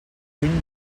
lluny